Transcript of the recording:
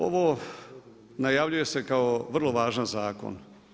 Ovo najavljuje se kao vrlo važan zakon.